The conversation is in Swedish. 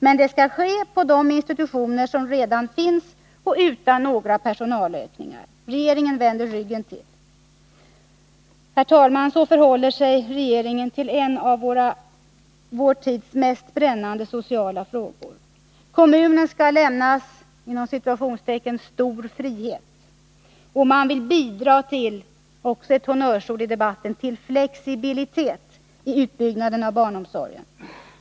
Men det skall ske på de institutioner som redan finns och utan några personalökningar. Regeringen vänder ryggen till. Herr talman! Så förhåller sig regeringen till en av vår tids mest brännande sociala frågor. Kommunerna skall lämnas ”stor frihet” , och man vill bidra till - också ett honnörsord i debatten — ”flexibilitet” i utbyggnaden av barnomsorgen.